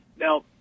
Now